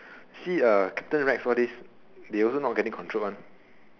see uh captain rex all these they also not getting controlled [one]